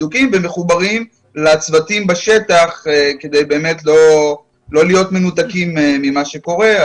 בדוקים ומחוברים לצוותים בשטח כדי לא להיות מנותקים ממה שקורה,